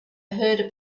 heard